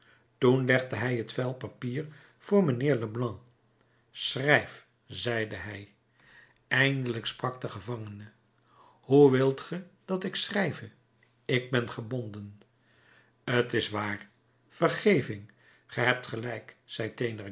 toen legde hij het vel papier voor mijnheer leblanc schrijf zeide hij eindelijk sprak de gevangene hoe wilt ge dat ik schrijve ik ben gebonden t is waar vergeving ge hebt gelijk zei